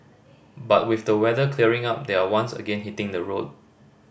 but with the weather clearing up they are once again hitting the road